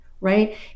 right